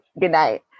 goodnight